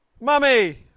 Mummy